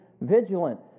vigilant